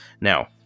Now